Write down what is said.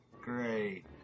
Great